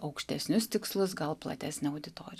aukštesnius tikslus gal platesnę auditoriją